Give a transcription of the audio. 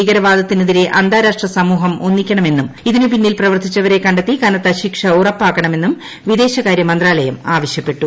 ഭീകരവാദത്തിനെതിരെ അന്താരാഷ്ട്ര സമൂഹം ഒന്നിക്കണമെന്നും ഇതിന് പിന്നിൽ പ്രവർത്തിച്ചവരെ കണ്ടെത്തി കനത്ത ശിക്ഷ ഉറപ്പാക്കണമെന്നും വിദേശകാര്യമന്ത്രാലയം ആവശ്യപ്പെട്ടു